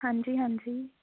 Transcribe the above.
ਹਾਂਜੀ ਹਾਂਜੀ